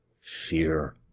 fear